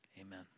Amen